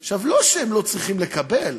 עכשיו, לא שהם לא צריכים לקבל,